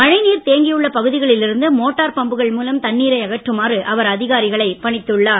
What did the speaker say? மழை நீர் தேங்கியுள்ள பகுதிகளில் இருந்து மோட்டர் பம்புகள் மூலம் தண்ணீரை அகற்றுமாறு அவர் அதிகாரிகளை பணித்துள்ளார்